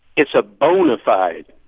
it's a bona fide